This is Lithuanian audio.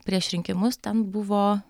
prieš rinkimus ten buvo